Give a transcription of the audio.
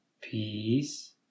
peace